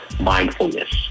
mindfulness